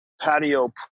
patio